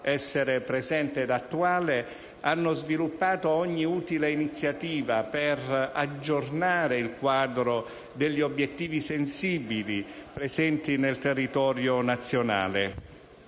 essere presente ed attuale, hanno sviluppato ogni utile iniziativa per aggiornare il quadro degli obiettivi sensibili presenti nel territorio nazionale.